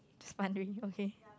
just wondering okay